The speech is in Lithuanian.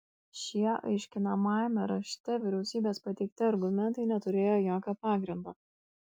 šie aiškinamajame rašte vyriausybės pateikti argumentai neturėjo jokio pagrindo